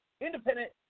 independent